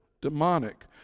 demonic